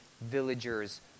villagers